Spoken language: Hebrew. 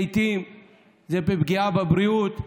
לעיתים זו פגיעה בבריאות,